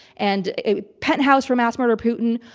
and penthouse for mass murder putin?